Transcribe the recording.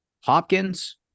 Hopkins